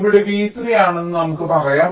ഇവിടെ v3 ആണെന്ന് നമുക്ക് പറയാം